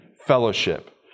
fellowship